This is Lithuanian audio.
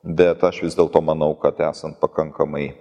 bet aš vis dėlto manau kad esant pakankamai